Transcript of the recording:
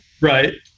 Right